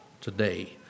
today